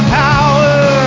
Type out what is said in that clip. power